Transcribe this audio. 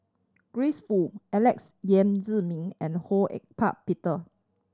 Grace Fu Alex Yam Ziming and Ho Peter